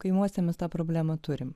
kaimuose mes tą problemą turime